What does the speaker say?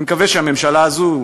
אני מקווה שהממשלה הזאת,